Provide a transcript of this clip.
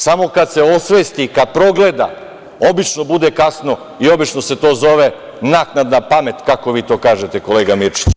Samo kada se osvesti, kada progleda, obično bude kasno i obično se to zove naknadna pamet, kako vi to kažete, kolega Mirčiću.